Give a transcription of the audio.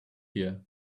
here